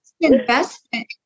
Investment